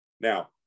Now